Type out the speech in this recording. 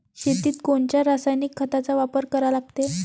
शेतीत कोनच्या रासायनिक खताचा वापर करा लागते?